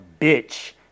bitch